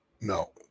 no